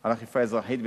על האכיפה האזרחית,